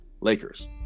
lakers